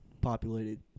populated